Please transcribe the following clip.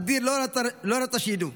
אדיר לא רצה שידעו,